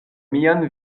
mian